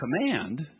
command